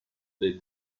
that